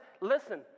Listen